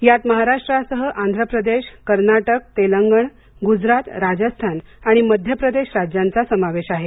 यात महाराष्ट्रासह आंध्र प्रदेश कर्नाटक तेलंगण गुजरात राजस्थान आणि मध्य प्रदेश राज्यांचा समावेश आहे